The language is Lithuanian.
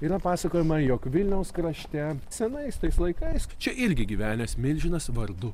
yra pasakojama jog vilniaus krašte senais tais laikais čia irgi gyvenęs milžinas vardu